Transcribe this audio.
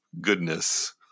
goodness